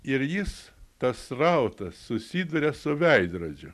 ir jis tas srautas susiduria su veidrodžiu